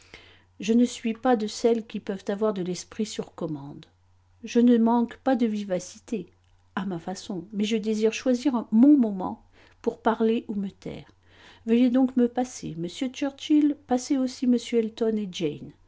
je ne suis pas de celles qui peuvent avoir de l'esprit sur commande je ne manque pas de vivacité à ma façon mais je désire choisir mon moment pour parler ou me taire veuillez donc me passer monsieur churchill passez aussi